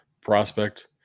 prospect